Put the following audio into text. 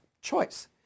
choice